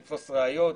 לתפוס ראיות,